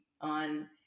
on